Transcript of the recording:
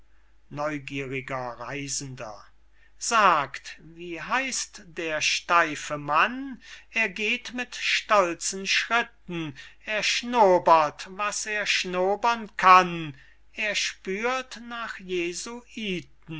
neugieriger reisender sagt wie heißt der steife mann er geht mit stolzen schritten er schnopert was er schnopern kann er spürt nach jesuiten